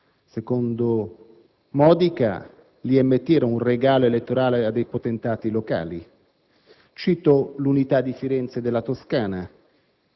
secondo Modica, l'IMT era un regalo elettorale a potentati locali. Cito «l'Unità di Firenze» della Toscana